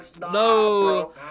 No